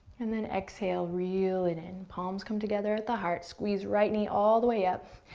and then exhale, reel it in. palms come together at the heart. squeeze right knee all the way up.